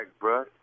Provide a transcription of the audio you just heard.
bro